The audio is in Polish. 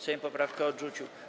Sejm poprawkę odrzucił.